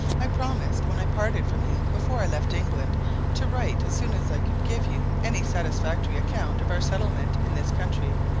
i promised when i parted from you before i left england to write as soon as i could give you any satisfactory account of our settlement in this country.